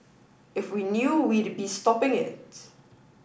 if we knew we'd be stopping it